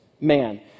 man